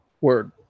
Word